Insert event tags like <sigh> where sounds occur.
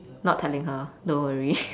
not telling her don't worry <laughs>